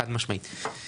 חד-משמעית.